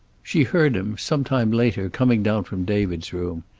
she heard him, some time later, coming down from david's room.